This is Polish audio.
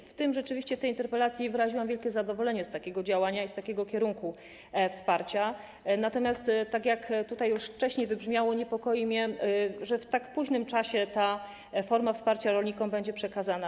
W tej interpelacji wyraziłam wielkie zadowolenie z takiego działania i z takiego kierunku wsparcia, natomiast tak jak tutaj już wcześniej wybrzmiało, niepokoi mnie, że w tak późnym czasie ta forma wsparcia rolnikom będzie przekazana.